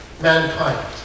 mankind